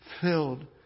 filled